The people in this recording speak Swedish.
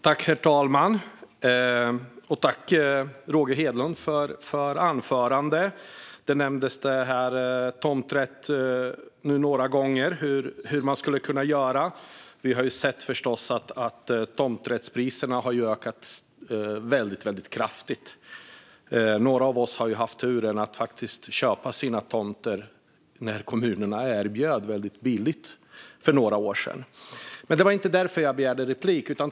Herr talman! Tack, Roger Hedlund, för anförandet! Det nämndes några gånger hur man skulle kunna göra med tomträtten. Vi har sett att priserna för tomträtt har ökat väldigt kraftigt. Några av oss har haft turen att köpa sina tomter när kommunerna erbjöd det väldigt billigt för några år sedan. Men det var inte därför jag begärde replik.